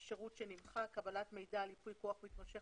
בסעיף 10 יש לנו שירות שנמחק קבלת מידע על ייפוי כוח מתמשך,